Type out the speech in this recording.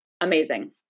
amazing